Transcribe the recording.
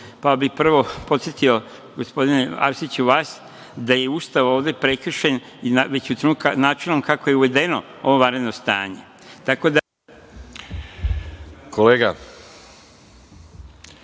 pa bih prvo podsetio, gospodine Arsiću vas, da je Ustav ovde prekršen već od trenutka načinom kako je uvedeno ovo vanredno stanje.